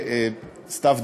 סתיו,